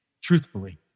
truthfully